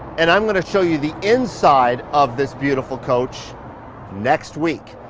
and i'm going to show you the inside of this beautiful coach next week.